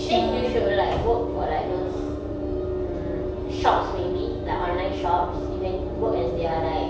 then you should like work for like those mm shops maybe like online shops you can work as their like